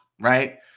right